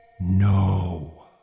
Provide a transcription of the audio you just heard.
No